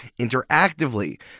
interactively